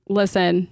listen